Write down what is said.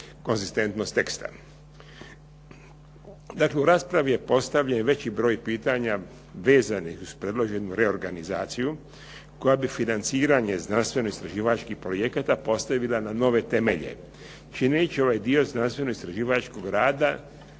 Dakle, u raspravi je postavljen veći broj pitanja vezanih uz predloženu reorganizaciju koja bi financiranje znanstveno-istraživačkih projekata postavila na nove temelje čineći ovaj dio znanstveno-istraživačkog rada